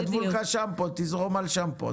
כתבו לך שמפו, תזרום על שמפו.